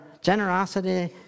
generosity